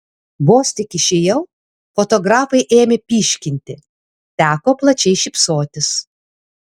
vos tik išėjau fotografai ėmė pyškinti teko plačiai šypsotis